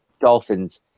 Dolphins